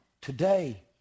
today